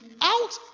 out